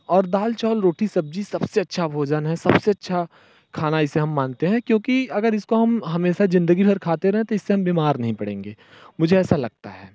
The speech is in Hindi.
और दाल चावल रोटी सब्जी सबसे अच्छा भोजन है सबसे अच्छा खाना इसे हम मानते हैं क्योंकि अगर इसको हम हमेशा जिंदगी भर खाते रहें तो इससे हम बीमार नहीं पड़ेंगे मुझे ऐसा लगता है